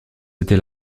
était